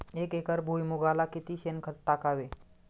एक एकर भुईमुगाला किती शेणखत टाकावे?